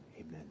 amen